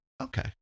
Okay